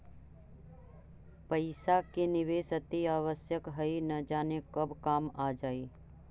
पइसा के निवेश अतिआवश्यक हइ, न जाने कब काम आ जाइ